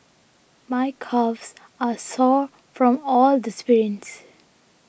my calves are sore from all the sprints